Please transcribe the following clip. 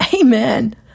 Amen